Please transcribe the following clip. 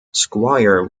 squire